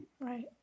Right